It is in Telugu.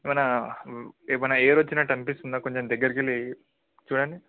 ఏమన్నా ఏమన్నా హెయిర్ వచ్చినట్టు అనిపిస్తుందా కొంచెం దగ్గరికెళ్ళి చూడండి